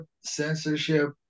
Censorship